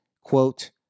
quote